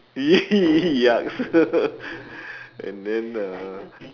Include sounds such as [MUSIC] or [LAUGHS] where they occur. !ee! yucks [LAUGHS] and then uh